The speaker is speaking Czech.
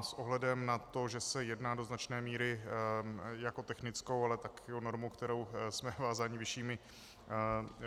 S ohledem na to, že se jedná do značné míry jak o technickou, tak o normu, kterou jsme vázáni